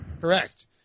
Correct